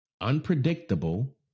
unpredictable